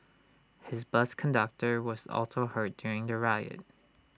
his bus conductor was also hurt during the riot